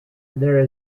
there